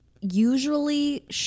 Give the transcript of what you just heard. usually